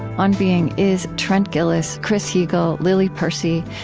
on being is trent gilliss, chris heagle, lily percy,